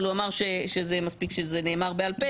אבל הוא אמר שזה מספיק שזה נאמר בעל פה.